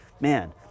man